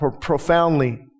profoundly